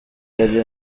yari